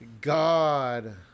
God